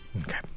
Okay